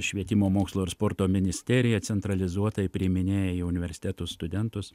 švietimo mokslo ir sporto ministerija centralizuotai priiminėja į universitetus studentus